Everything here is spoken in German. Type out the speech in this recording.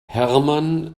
hermann